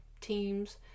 teams